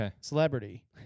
celebrity